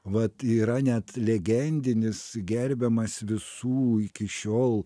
vat yra net legendinis gerbiamas visų iki šiol